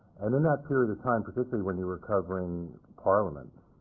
and in that period of time, particularly when you were covering parliament,